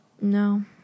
No